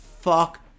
Fuck